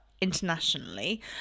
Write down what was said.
internationally